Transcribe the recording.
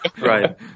Right